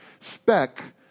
Spec